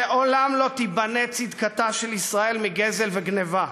לעולם לא תיבנה צדקתה של ישראל מגזל וגנבה,